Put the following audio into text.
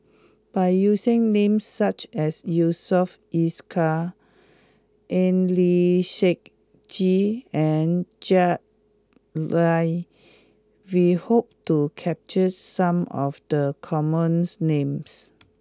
by using names such as Yusof Ishak Eng Lee Seok Chee and Jack Lai we hope to capture some of the common names